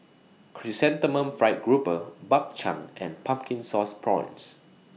Chrysanthemum Fried Grouper Bak Chang and Pumpkin Sauce Prawns